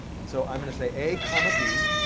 and so i'm going to say a, comma, b.